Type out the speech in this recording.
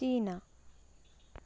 China